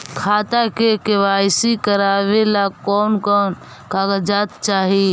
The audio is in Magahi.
खाता के के.वाई.सी करावेला कौन कौन कागजात चाही?